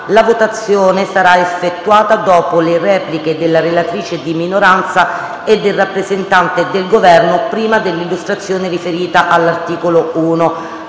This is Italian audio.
La votazione sarà effettuata dopo le repliche della relatrice di minoranza e del rappresentante del Governo, prima dell'illustrazione degli emendamenti riferiti all'articolo 1